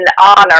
honor